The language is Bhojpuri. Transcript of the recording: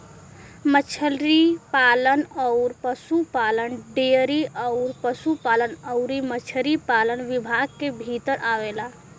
मछरी पालन अउर पसुपालन डेयरी अउर पसुपालन अउरी मछरी पालन विभाग के भीतर आवेला